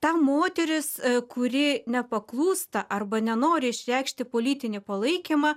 ta moteris kuri nepaklūsta arba nenori išreikšti politinį palaikymą